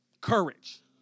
courage